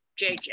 JJ